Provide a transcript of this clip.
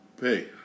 hey